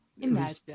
imagine